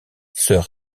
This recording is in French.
sœur